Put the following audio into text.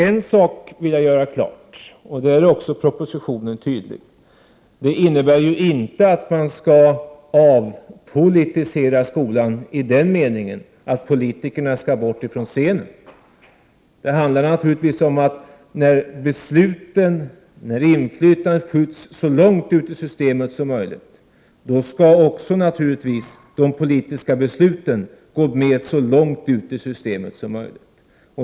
En sak vill jag göra klar, och där är också propositionen tydlig: det innebär inte att man skall avpolitisera skolan i den meningen att politikerna skall bort från scenen. Det handlar naturligtvis om att när inflytandet skjuts så långt ut i systemet som möjligt skall också de politiska besluten följa med så långt ut i systemet som möjligt.